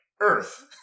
Earth